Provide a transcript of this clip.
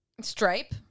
stripe